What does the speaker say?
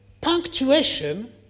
punctuation